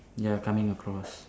ya coming across